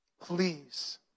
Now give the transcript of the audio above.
please